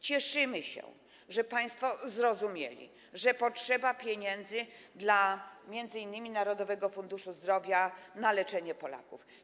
Cieszymy się, że państwo zrozumieli, że potrzeba pieniędzy m.in. dla Narodowego Funduszu Zdrowia na leczenie Polaków.